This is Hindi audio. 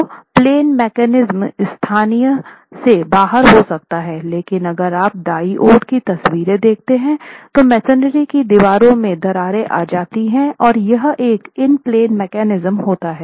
तो प्लेन मैकेनिज्म स्थानीय से बाहर हो सकता है लेकिन अगर आप दाईं ओर की तस्वीर देखते हैं तो मेसनरी की दीवारों में दरारें आ जाती हैं और यह एक इन प्लेन मैकेनिज्म होता हैं